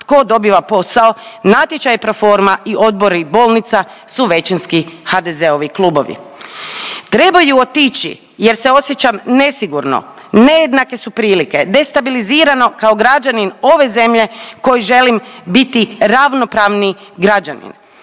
tko dobiva posao. Natječaj je pro forma i odbor i bolnica su većinski HDZ-ovi klubovi. Trebaju otići jer se osjećam nesigurno, nejednake su prilike destabilizirano kao građanin ove zemlje koji želim biti ravnopravni građanin.